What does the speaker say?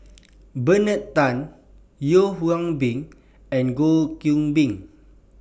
Bernard Tan Yeo Hwee Bin and Goh Qiu Bin